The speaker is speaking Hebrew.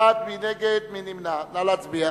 להצביע.